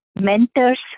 Mentors